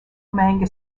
manga